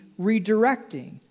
redirecting